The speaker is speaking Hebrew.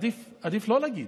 עדיף לא להגיד.